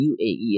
UAE